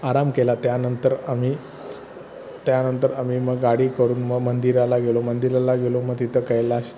आराम केला त्यानंतर आम्ही त्यानंतर आम्ही मग गाडी करून मग मंदिराला गेलो मंदिरला गेलो मग तिथं कैलाश